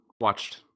Watched